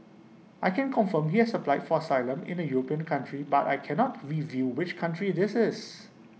I can confirm he has applied for asylum in A european country but I cannot reveal which country this is